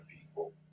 people